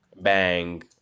bang